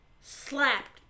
slapped